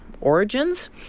Origins